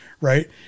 Right